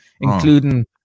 including